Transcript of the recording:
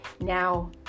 Now